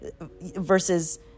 versus